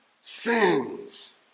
sins